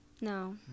No